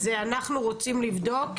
אז אנחנו רוצים לבדוק,